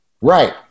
Right